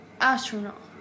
astronaut